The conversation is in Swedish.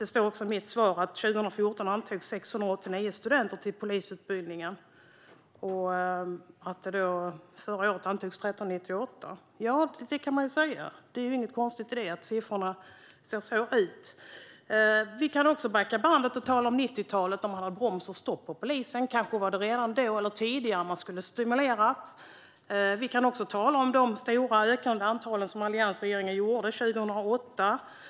Det sas också i svaret: "År 2014 antogs 689 studenter till polisutbildningen, förra året antogs 1 398." Det är ju inget konstigt att siffrorna ser så ut. Vi kan också backa bandet och tala om 90-talet då man hade broms och stopp på polisen. Kanske skulle man redan då eller tidigare ha stimulerat. Vi kan också tala om det ökande antalet år 2008, som alliansregeringen stod bakom.